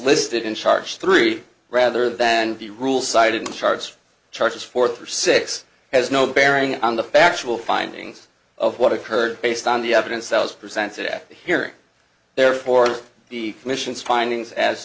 listed in charge three rather than the rule cited in charge charges fourth or six has no bearing on the factual findings of what occurred based on the evidence that was presented at hearing therefore the commission's findings as